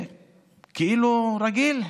וכאילו הכול רגיל.